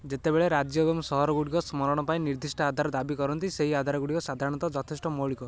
ଯେତେବେଳେ ରାଜ୍ୟ ଏବଂ ସହର ଗୁଡ଼ିକ ସ୍ମରଣ ପାଇଁ ନିର୍ଦ୍ଦିଷ୍ଟ ଆଧାର ଦାବି କରନ୍ତି ସେହି ଆଧାରଗୁଡ଼ିକ ସାଧାରଣତଃ ଯଥେଷ୍ଟ ମୌଳିକ